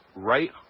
right